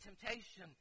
temptation